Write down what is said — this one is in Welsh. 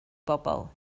bobol